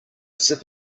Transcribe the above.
sip